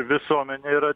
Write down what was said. visuomenė yra